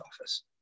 office